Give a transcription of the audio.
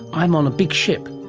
i'm on a big ship.